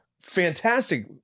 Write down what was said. Fantastic